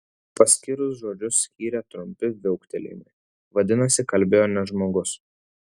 paskirus žodžius skyrė trumpi viauktelėjimai vadinasi kalbėjo ne žmogus